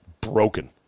broken